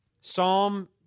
Psalm